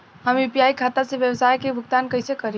हम यू.पी.आई खाता से व्यावसाय के भुगतान कइसे करि?